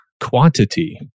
quantity